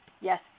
Yes